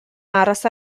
aros